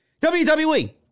WWE